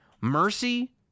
mercy